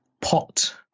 pot